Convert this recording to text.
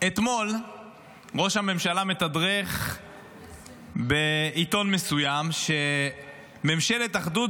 אתמול ראש הממשלה מתדרך בעיתון מסוים שממשלת אחדות